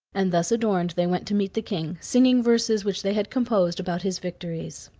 and thus adorned they went to meet the king, singing verses which they had composed about his victories.